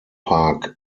park